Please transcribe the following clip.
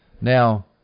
Now